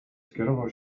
skierował